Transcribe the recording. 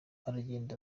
aragenda